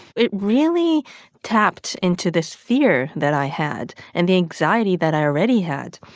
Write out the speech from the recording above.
it really tapped into this fear that i had and the anxiety that i already had.